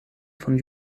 von